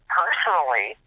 personally